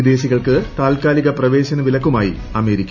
വിദേശികൾക്ക് താൽക്കാലിക പ്രവേശന വിലക്കുമായി അമേരിക്ക